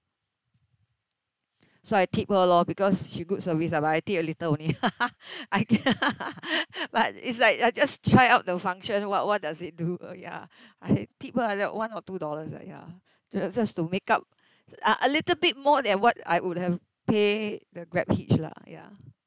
so I tipped her lor because she good service ah but I think a little only I but it's like I just try out the function what what does it do uh ya I tip either one or two dollars ah ya ju~ just to make up uh a little bit more than what I would have pay the GrabHitch lah ya